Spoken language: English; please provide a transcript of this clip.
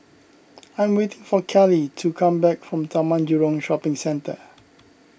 I am waiting for Cali to come back from Taman Jurong Shopping Centre